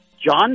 John